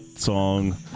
Song